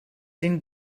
den